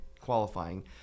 qualifying